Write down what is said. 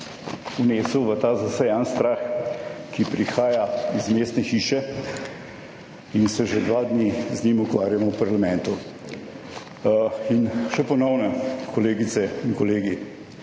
vnesel v ta zasejan strah, ki prihaja iz mestne hiše in se že dva dni z njim ukvarjamo v parlamentu. In še ponovno, kolegice in kolegi,